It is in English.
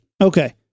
Okay